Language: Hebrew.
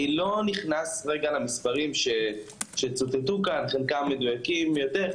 אני לא נכנס כרגע למספרים שצוטטו כאן חלקם מדויקים יותר,